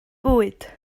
bwyd